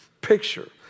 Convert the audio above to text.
picture